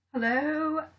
Hello